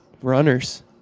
runners